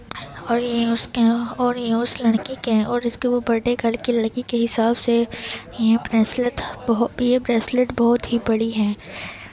اور یہ اس کے اور یہ اس لڑکی کے ہے اور اس کے وہ برتھ ڈے گرل کی لڑکی کے حساب سے یہ بریسلٹ بہو یہ بریسلٹ بہت ہی بڑی ہے